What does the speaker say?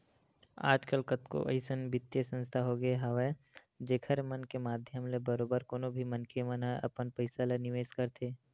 आजकल कतको अइसन बित्तीय संस्था होगे हवय जेखर मन के माधियम ले बरोबर कोनो भी मनखे मन ह अपन पइसा ल निवेस करथे